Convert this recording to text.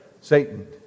Satan